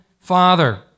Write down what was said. Father